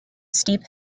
steep